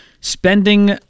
spending